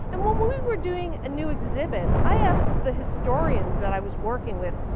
and when when we were doing a new exhibit, i asked the historians that i was working with,